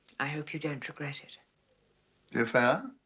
i hope you don't regret it the affair?